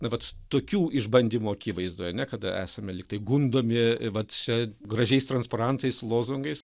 na vat tokių išbandymų akivaizdoje ane kada esam lyg tai gundomi vat čia gražiais transparantais lozungais